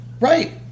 Right